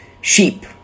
sheep